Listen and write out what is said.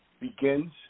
begins